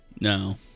No